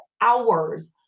hours